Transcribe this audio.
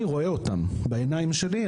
אני רואה אותם בעיניים שלי,